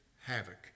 havoc